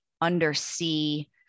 undersea